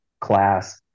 class